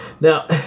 Now